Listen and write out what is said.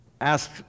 ask